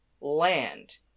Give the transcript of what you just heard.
land